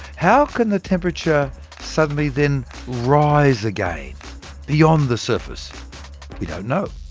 how can the temperature suddenly then rise again beyond the surface? we don't know.